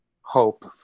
hope